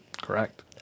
Correct